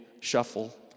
shuffle